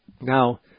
Now